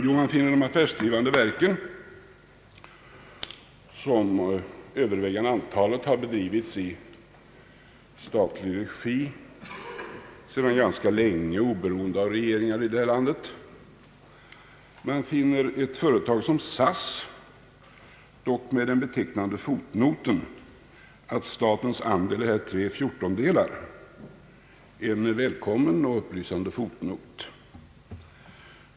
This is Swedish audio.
Jo, man finner de affärsdrivande verken, av vilka det överväldigande antalet har drivits i statlig regi sedan ganska länge oberoende av regeringar i det här landet. Man finner ett företag som SAS, dock med den betecknande fotnoten att statens andel är 3/14 — en välkommen och upplysande fotnot.